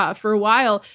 ah for a while,